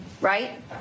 right